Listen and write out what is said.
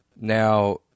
Now